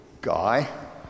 guy